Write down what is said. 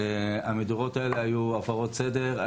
המדורות האלה היו הפרות סדר.